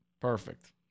Perfect